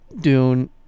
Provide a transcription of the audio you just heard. Dune